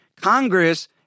Congress